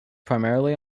primarily